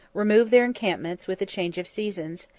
remove their encampments with a change of seasons,